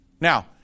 Now